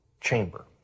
chamber